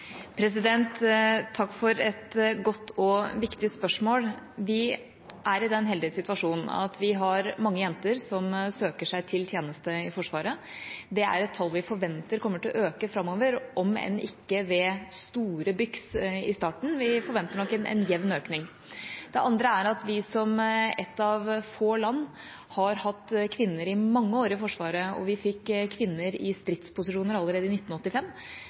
Takk for et godt og viktig spørsmål. Vi er i den heldige situasjonen at vi har mange jenter som søker seg til tjeneste i Forsvaret. Det er et tall vi forventer kommer til å øke framover, om enn ikke med store byks i starten. Vi forventer vel en jevn økning. Det andre er at vi som et av få land har hatt kvinner i Forsvaret i mange år, og vi fikk kvinner i stridsposisjoner allerede i 1985.